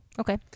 okay